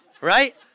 right